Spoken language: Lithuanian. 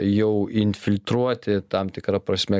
jau infiltruoti tam tikra prasme